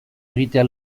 egitea